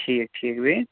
ٹھیٖک ٹھیٖک بیٚیہِ